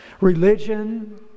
Religion